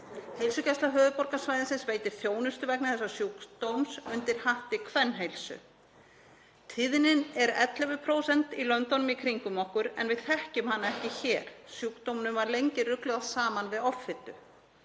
Heilsugæsla höfuðborgarsvæðisins veitir þjónustu vegna þessa sjúkdóms undir hatti kvenheilsu. Tíðnin er 11% í löndunum í kringum okkur en við þekkjum hana ekki hér. Sjúkdómnum var lengi ruglað saman við offitu.